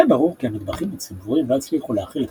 היה ברור כי המטבחים הציבוריים לא יצליחו להאכיל את